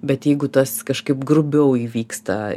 bet jeigu tas kažkaip grubiau įvyksta